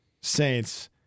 Saints